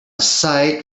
sight